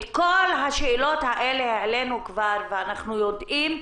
את כל השאלות האלה העלינו כבר, ואנחנו יודעים.